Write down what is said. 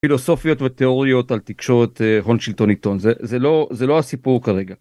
פילוסופיות ותיאוריות על תקשורת הון שלטון עיתון, זה... זה לא... זה לא הסיפור כרגע.